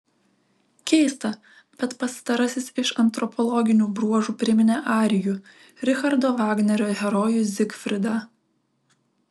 keista bet pastarasis iš antropologinių bruožų priminė arijų richardo vagnerio herojų zygfridą